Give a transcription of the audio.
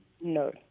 No